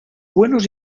buenos